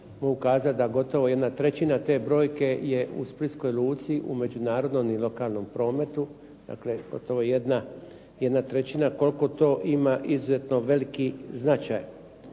Mogu kazat da gotovo 1/3 te brojke je u splitskoj luci u međunarodnom i lokalnom prometu, dakle gotovo 1/3, koliko to ima izuzetno veliki značaj.